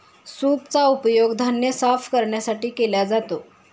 सूपचा उपयोग धान्य साफ करण्यासाठी केला जातो